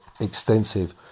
extensive